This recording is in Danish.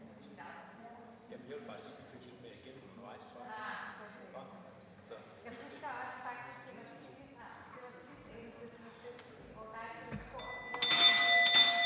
Tak